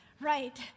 Right